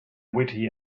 witty